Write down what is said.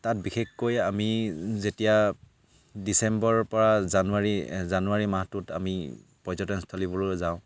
তাত বিশেষকৈ আমি যেতিয়া ডিচেম্বৰৰ পৰা জানুৱাৰী জানুৱাৰী মাহটোত আমি পৰ্যটনস্থলীবোৰলৈ যাওঁ